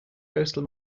coastal